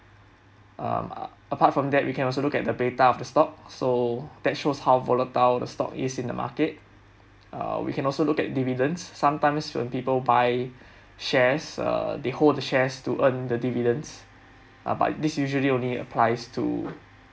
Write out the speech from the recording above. um apart from that we can also look at the data of stock so that's shows how volatile the stock is in the market uh we can also look at dividends sometimes when people buy shares uh they hold the shares to earn the dividends but this usually only applies to